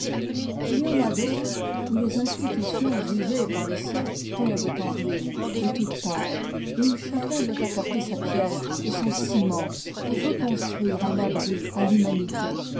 il y en a d'autres où les institutions usées par les siècles tombent en ruines de toutes parts et où chacun doit apporter sa pierre et son ciment pour reconstruire un abri à l'humanité